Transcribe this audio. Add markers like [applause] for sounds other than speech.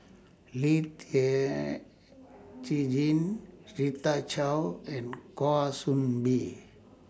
Lee [unintelligible] Rita Chao and Kwa Soon Bee